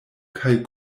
kaj